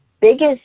biggest